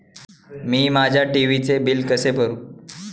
मी माझ्या टी.व्ही चे बिल कसे भरू?